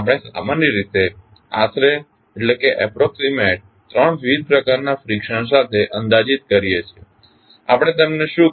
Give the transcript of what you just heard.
આપણે સામાન્ય રીતે આશરે 3 વિવિધ પ્રકારના ફ્રીકશન સાથે અંદાજિત કરીએ છીએ આપણે તેમને શું કહીએ છીએ